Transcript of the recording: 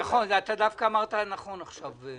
נכון, דווקא אמרת נכון עכשיו.